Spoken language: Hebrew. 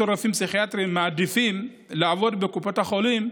רופאים פסיכיאטרים מעדיפים לעבוד בקופות החולים,